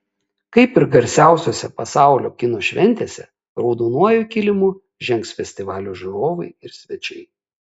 kaip ir garsiausiose pasaulio kino šventėse raudonuoju kilimu žengs festivalio žiūrovai ir svečiai